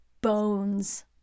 bones